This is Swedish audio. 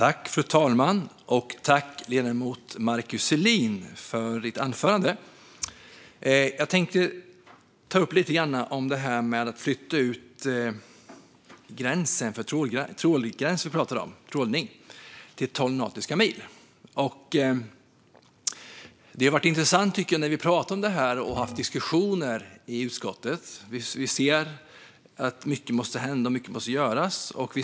Fru talman! Jag tackar ledamoten Markus Selin för hans anförande. Jag tänkte ta upp det här med att flytta ut trålgränsen till tolv nautiska mil. Det har varit intressant när vi pratat om detta och diskuterat det i utskottet. Vi ser att mycket måste hända och att mycket måste göras.